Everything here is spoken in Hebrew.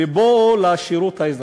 ובואו לשירות האזרחי.